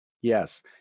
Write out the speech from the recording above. Yes